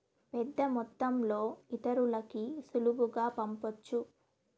పెద్దమొత్తంలో ఇతరులకి సులువుగా పంపొచ్చు